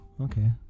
okay